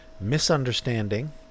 Misunderstanding